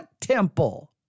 temple